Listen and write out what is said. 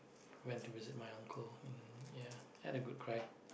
went to visit my uncle ya had a good cry